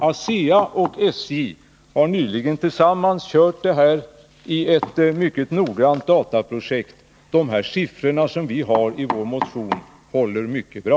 Asea och SJ har nyligen tillsammans kört förutsättningarna för detta i ett mycket noggrant upplagt dataprojekt, som bekräftar att de siffror vi lämnar i vår motion håller mycket bra.